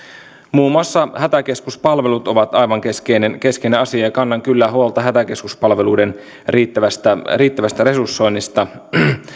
muun muassa hätäkeskuspalvelut ovat aivan keskeinen keskeinen asia ja kannan kyllä huolta hätäkeskuspalveluiden riittävästä riittävästä resursoinnista